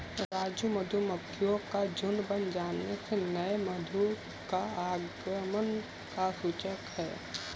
राजू मधुमक्खियों का झुंड बन जाने से नए मधु का आगमन का सूचक है